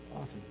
Awesome